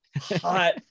hot